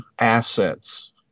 assets